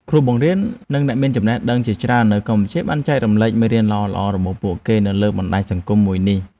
គ្រូបង្រៀន និងអ្នកមានចំណេះដឹងជាច្រើននៅកម្ពុជាបានចែករំលែកមេរៀនល្អៗរបស់ពួកគេនៅលើបណ្តាញសង្គមមួយនេះ។